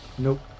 Nope